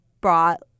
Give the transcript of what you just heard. brought